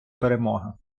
перемога